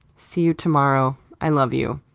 see you tomorrow, i love you.